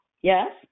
yes